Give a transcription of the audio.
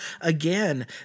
again